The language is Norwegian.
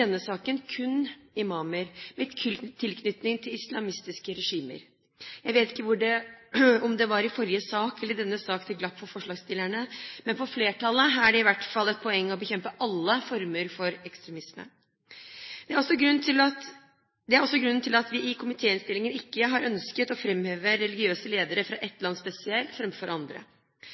denne saken kun imamer med tilknytning til islamistiske regimer. Jeg vet ikke om det var i forrige sak eller i denne saken det glapp for forslagsstillerne, men for flertallet er det i hvert fall et poeng å bekjempe alle former for ekstremisme. Det er også grunnen til at vi i komitéinnstillingen ikke har ønsket å framheve religiøse ledere fra et land spesielt framfor andre.